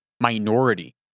minority